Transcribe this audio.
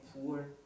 poor